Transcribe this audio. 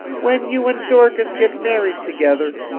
when you and dorcas gets married together,